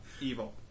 evil